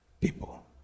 people